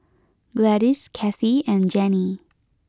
Gladis Kathie and Gennie